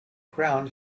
ground